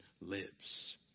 lives